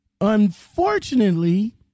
Unfortunately